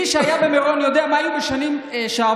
מי שהיה במירון יודע מה היה בשנים שעברו.